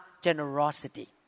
generosity